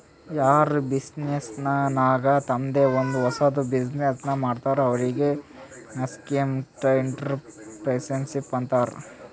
ಯಾರ್ ಬಿಸಿನ್ನೆಸ್ ನಾಗ್ ತಂಮ್ದೆ ಒಂದ್ ಹೊಸದ್ ಬಿಸಿನ್ನೆಸ್ ಮಾಡ್ತಾರ್ ಅವ್ರಿಗೆ ನಸ್ಕೆಂಟ್ಇಂಟರಪ್ರೆನರ್ಶಿಪ್ ಅಂತಾರ್